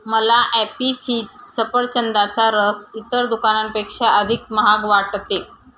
मला Appy Fizz सफरचंदाचा रस इतर दुकानांपेक्षा अधिक महाग वाटते